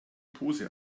pose